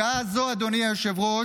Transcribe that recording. בשעה זו, אדוני היושב-ראש,